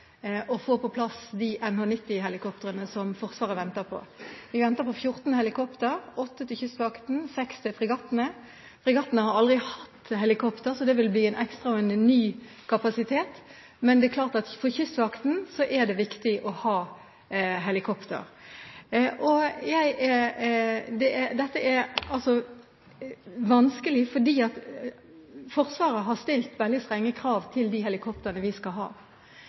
å få på plass NH-90-helikoptrene som Forsvaret venter på. Vi venter på 14 helikoptre – 8 til Kystvakten, 6 til fregattene. Fregattene har aldri hatt helikoptre, så det vil bli en ekstra, ny kapasitet, men det er klart at for Kystvakten er det viktig å ha helikoptre. Dette er vanskelig fordi Forsvaret har stilt veldig strenge, særegne krav, til de helikoptrene vi skal ha.